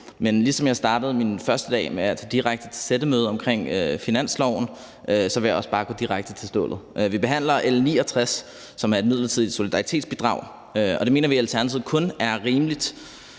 Men ligesom jeg startede min første dag med at tage direkte til sættemøde omkring finansloven, vil jeg også bare gå direkte til stålet. Vi behandler L 69, der handler om et midlertidigt solidaritetsbidrag, og det mener vi i Alternativet kun er rimeligt